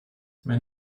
mein